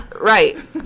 Right